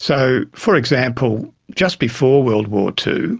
so, for example, just before world war ii